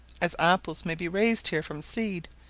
as apples may be raised here from seed,